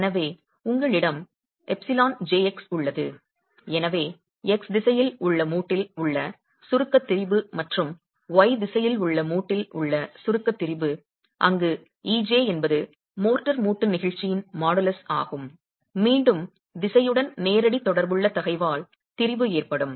எனவே உங்களிடம் εjx உள்ளது எனவே x திசையில் உள்ள மூட்டில் உள்ள சுருக்க திரிபு மற்றும் y திசையில் உள்ள மூட்டில் உள்ள சுருக்க திரிபு அங்கு Ej என்பது மோர்டார் மூட்டு நெகிழ்ச்சியின் மாடுலஸ் ஆகும் மீண்டும் திசையுடன் நேரடி தொடர்புள்ள தகைவால் திரிபு ஏற்படும்